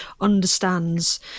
understands